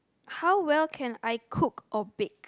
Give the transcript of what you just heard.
how well can I cook or bake